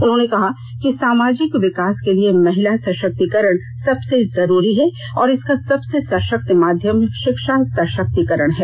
उन्होंने कहा कि सामाजिक विकास के लिए महिला सषक्तिकरण सबसे जरूरी है और इसका सबसे सषक्त माध्यम षिक्षा सषक्तिकरण है